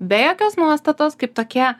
be jokios nuostatos kaip tokie